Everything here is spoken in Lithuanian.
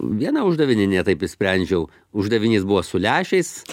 vieną uždavinį ne taip išsprendžiau uždavinys buvo su lęšiais